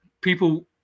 people